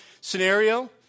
scenario